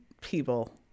people